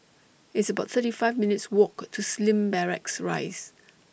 It's about thirty five minutes' Walk to Slim Barracks Rise